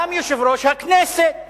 וגם יושב-ראש הכנסת